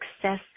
success